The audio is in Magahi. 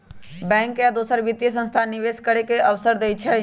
बैंक आ दोसर वित्तीय संस्थान निवेश करे के अवसर देई छई